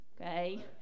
okay